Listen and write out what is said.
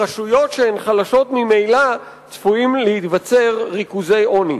ברשויות שהן חלשות ממילא צפויים להיווצר ריכוזי עוני.